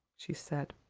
she said.